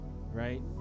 right